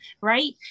Right